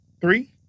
Three